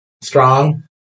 strong